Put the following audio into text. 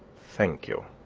thank you.